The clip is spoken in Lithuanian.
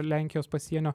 lenkijos pasienio